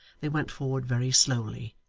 they went forward very slowly,